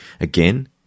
Again